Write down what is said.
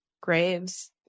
graves